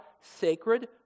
sacred